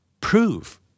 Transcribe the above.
Prove